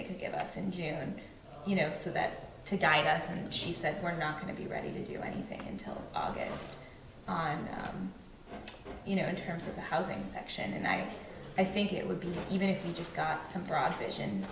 they could give us in june you know so that to guide us and she said we're not going to be ready to do anything until august on you know in terms of the housing section and i think it would be even if we just got some proficient